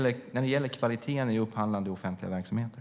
Det gäller kvaliteten i upphandlande offentliga verksamheter.